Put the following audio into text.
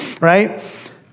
right